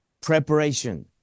Preparation